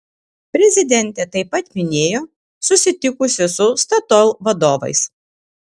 prezidentė taip pat minėjo susitikusi su statoil vadovais